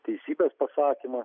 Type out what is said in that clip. teisybės pasakymą